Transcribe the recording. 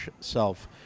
self